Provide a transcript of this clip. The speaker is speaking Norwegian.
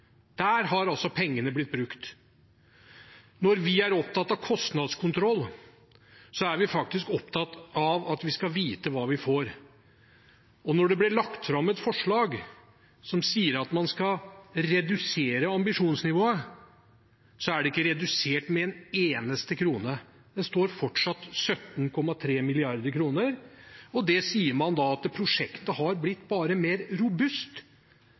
Der har altså pengene blitt brukt. Når vi er opptatt av kostnadskontroll, er vi faktisk opptatt av at vi skal vite hva vi får. Når det blir lagt fram et forslag som sier at man skal redusere ambisjonsnivået, er det ikke redusert med en eneste krone. Det står fortsatt 17,3 mrd. kr, og da sier man at prosjektet bare har blitt mer robust.